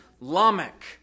Lamech